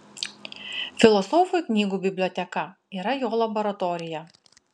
filosofui knygų biblioteka yra jo laboratorija